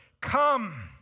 come